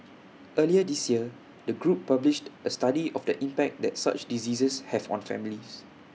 earlier this year the group published A study of the impact that such diseases have on families